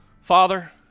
Father